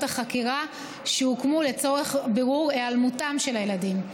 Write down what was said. החקירה שהוקמו לצורך בירור היעלמותם של הילדים.